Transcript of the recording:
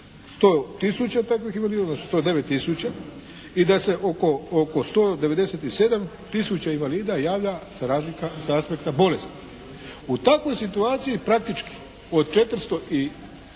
100 tisuća takvih invalida, odnosno 109 tisuća i da se oko 197 tisuća invalida javlja sa aspekta bolesti. U takvoj situaciji praktički od 400 i